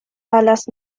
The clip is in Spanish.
alas